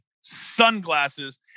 sunglasses